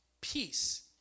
peace